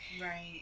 Right